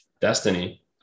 destiny